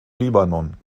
libanon